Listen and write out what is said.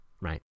right